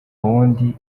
wundi